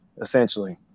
essentially